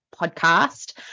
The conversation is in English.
podcast